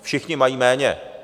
Všichni mají méně.